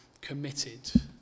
committed